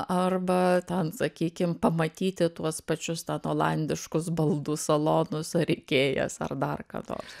arba ten sakykim pamatyti tuos pačius ten olandiškus baldų salonus ar ikėjas ar dar ką nors